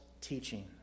teaching